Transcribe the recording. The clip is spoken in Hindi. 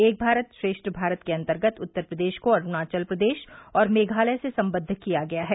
एक भारत श्रेष्ठ भारत के अन्तर्गत उत्तर प्रदेश को अरूणाचल प्रदेश और मेघालय से सम्बद्ध किया गया है